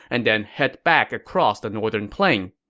and then head back across the northern plain.